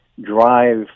drive